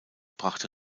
brachte